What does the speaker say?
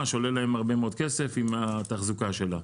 שעולה להם הרבה מאוד כסף עם התחזוקה שלה.